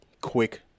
quick